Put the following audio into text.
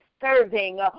serving